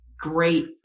great